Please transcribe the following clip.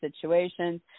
situations